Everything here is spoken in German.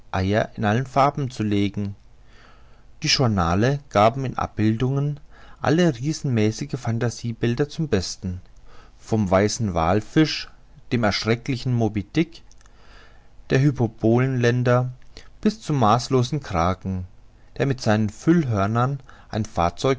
in allen farben zu legen die journale gaben in abbildungen alle riesenmäßige phantasiebilder zum besten vom weißen wallfisch dem erschrecklichen moby dick der